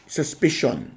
suspicion